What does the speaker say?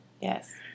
Yes